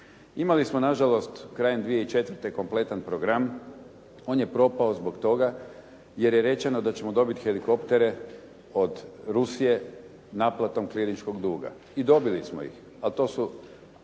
Imali smo na žalost krajem 2004. kompletan program. On je propao zbog toga jer je rečeno da ćemo dobiti helikoptere od Rusije naplatom kliničkog duga. I dobili smo ih. Ali to su